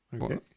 Okay